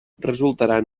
resultaran